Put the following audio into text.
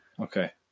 Okay